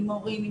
עם מורים,